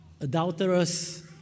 adulterers